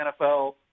NFL